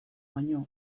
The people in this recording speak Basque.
baino